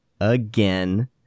again